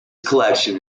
collection